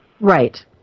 Right